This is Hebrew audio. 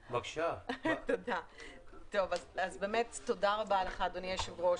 תודה רבה לך אדוני היושב-ראש,